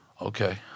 Okay